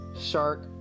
Shark